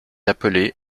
appelé